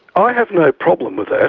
i have no problem with that.